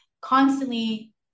constantly